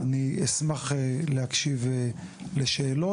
אני אשמח להקשיב לשאלות.